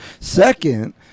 Second